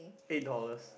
eight dollars